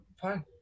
Fine